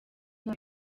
nta